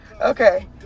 Okay